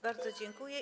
Bardzo dziękuję.